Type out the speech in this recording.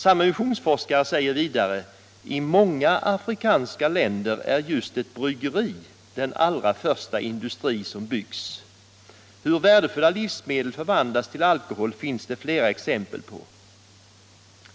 Samme missionsforskare säger vidare: ”I många afrikanska länder är just ett bryggeri den allra första industri som byggs. Hur värdefulla livsmedel förvandlas till alkohol finns det flera exempel på.